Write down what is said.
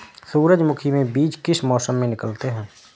सूरजमुखी में बीज किस मौसम में निकलते हैं?